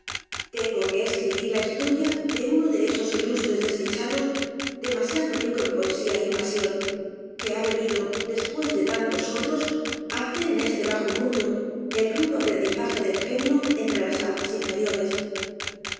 tengo que escribir la historia de uno de esos ilustres desdichados demasiado rico en poesía y en pasión que h a venido después de tantos otros á hacer en este bajo mundo el rudo aprendizaje del genio entre la almas inferiores